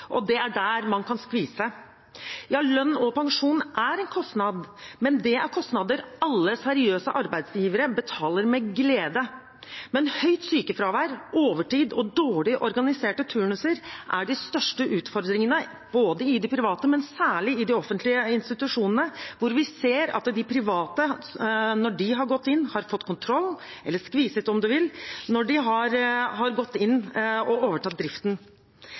og det er der man kan skvise. Ja, lønn og pensjon er en kostnad, men det er kostnader alle seriøse arbeidsgivere betaler med glede. Høyt sykefravær, overtid og dårlig organiserte turnuser er de største utfordringene både i de private og særlig i de offentlige institusjonene, og vi ser at de private har fått kontroll – eller skviset, om man vil – når de har gått inn og overtatt driften.